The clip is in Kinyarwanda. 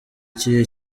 igihe